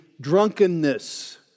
drunkenness